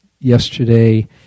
yesterday